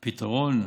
או פתרון?